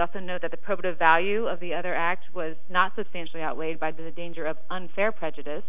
also know that the proto value of the other act was not substantially outweighed by the danger of unfair prejudice